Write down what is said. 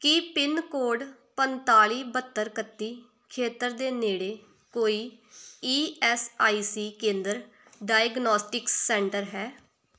ਕੀ pin code ਪੰਤਾਲੀ ਬਹੱਤਰ ਇਕੱਤੀ ਖੇਤਰ ਦੇ ਨੇੜੇ ਕੋਈ ਈ ਐਸ ਆਈ ਸੀ ਕੇਂਦਰ ਡਾਇਗਨੌਸਟਿਕ ਸੈਂਟਰ ਹੈ